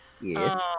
yes